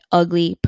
ugly